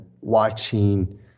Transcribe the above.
watching